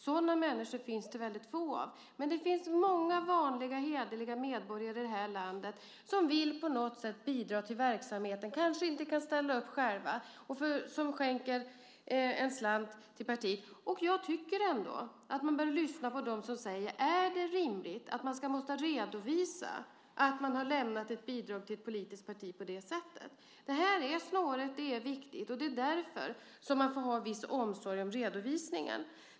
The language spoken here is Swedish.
Sådana människor finns det väldigt få av. Det finns många vanliga hederliga medborgare i det här landet som på något sätt vill bidra till verksamheten, som kanske inte kan ställa upp själva och som skänker en slant till ett parti. Jag tycker ändå att man bör lyssna på dem som säger: Är det rimligt att man, om man lämnat ett bidrag till ett politiskt parti på det sättet, måste redovisa att man har gjort det? Det här är snårigt, och det är viktigt, och det är det därför som man får ha viss omsorg om redovisningen.